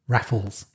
Raffles